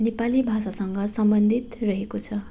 नेपाली भाषासँग सम्बन्धित रहेको छ